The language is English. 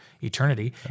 eternity